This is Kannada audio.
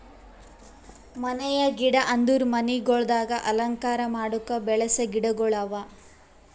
ಮನೆಯ ಗಿಡ ಅಂದುರ್ ಮನಿಗೊಳ್ದಾಗ್ ಅಲಂಕಾರ ಮಾಡುಕ್ ಬೆಳಸ ಗಿಡಗೊಳ್ ಅವಾ